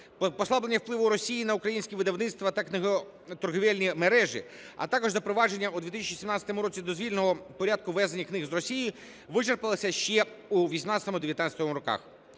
послаблення впливу Росії на українські видавництва та книготорговельні мережі, а також запровадження у 2017 році дозвільного порядку ввезення книг з Росії вичерпалися ще у 18-19-му роках.